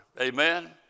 Amen